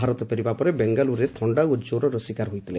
ଭାରତ ଫେରିବା ପରେ ବେଙ୍ଗାଲୁରୁରେ ଥଣ୍ଡା ଓ କ୍ୱରର ଶିକାର ହୋଇଥିଲେ